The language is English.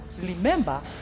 Remember